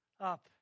up